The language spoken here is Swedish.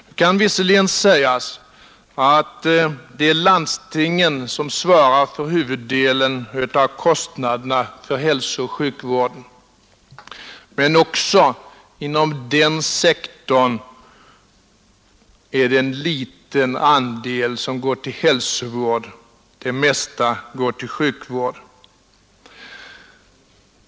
Det kan visserligen sägas att det är landstingen som svarar för huvuddelen av kostnaderna för hälsooch sjukvård, men också inom den sektorn är det en liten andel som går till hälsovård, det mesta går till sjukvård.